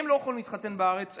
הם לא יכולים להתחתן בארץ,